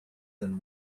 than